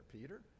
Peter